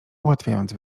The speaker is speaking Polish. ułatwiając